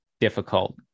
difficult